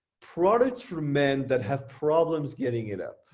products for men that have problems getting it up.